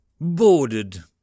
Boarded